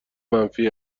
منفی